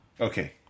Okay